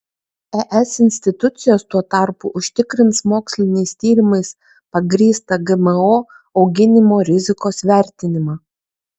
es institucijos tuo tarpu užtikrins moksliniais tyrimais pagrįstą gmo auginimo rizikos vertinimą